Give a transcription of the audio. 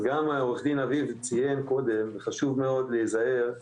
אבל גם עו"ד אביב ציין קודם וחשוב מאוד להיזהר,